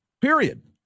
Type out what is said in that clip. Period